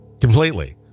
Completely